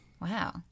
Wow